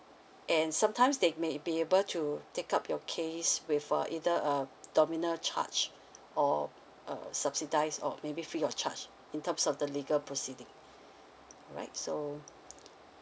and sometimes they may be able to take up your case with uh either a nominal charge or uh subsidised or maybe free of charge in terms of the legal proceeding all right so